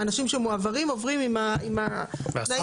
האנשים שמועברים עוברים עם התנאים שהיו להם.